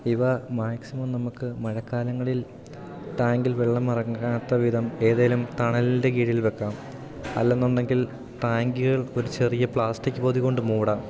ഇവ മാക്സിമം നമുക്ക് മഴക്കാലങ്ങളിൽ ടാങ്കിൽ വെള്ളം ഇറങ്ങാത്ത വിധം ഏതെങ്കിലും തണലിൻ്റെ കീഴിൽ വെക്കാം അല്ലെന്നുണ്ടെങ്കിൽ ടാങ്കുകൾ ഒരു ചെറിയ പ്ലാസ്റ്റിക് പൊതി കൊണ്ട് മൂടാം